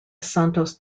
santos